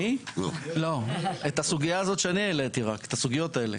את הסוגיה הזאת שאני העליתי, את הסוגיות האלה.